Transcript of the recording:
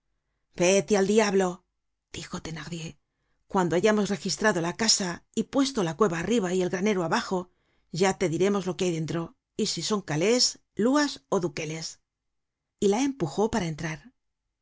vete al diablo dijo thenardier cuando hayamos registrado la casa y puesto la cueva arriba y el granero abajo ya te diremos lo que hay dentro y si son calés luas ó duqueles y la empujó para entrar mi